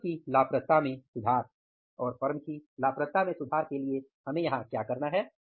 firm की लाभप्रदता में सुधार और फर्म की लाभप्रदता में सुधार के लिए हमें यहां क्या करना है